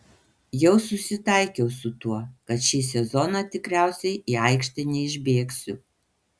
jau susitaikiau su tuo kad šį sezoną tikriausiai į aikštę neišbėgsiu